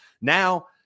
Now